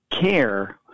care